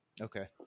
Okay